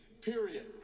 period